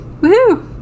woohoo